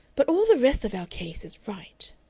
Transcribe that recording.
but all the rest of our case is right.